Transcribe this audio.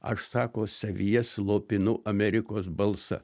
aš sako savyje slopinu amerikos balsą